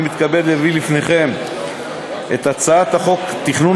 אני מתכבד להביא בפניכם את הצעת חוק התכנון